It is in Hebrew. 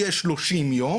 יהיה 30 יום